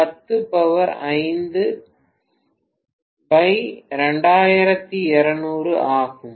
42x105 2200 ஆகும்